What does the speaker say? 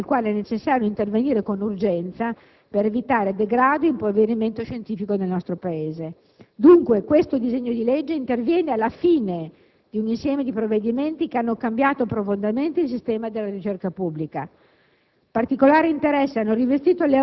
una situazione di crescente disagio, nella quale è necessario intervenire con urgenza per evitare degrado e impoverimento scientifico nel nostro Paese. Dunque, questo disegno di legge interviene alla fine di un insieme di provvedimenti che hanno cambiato profondamente il sistema della ricerca pubblica.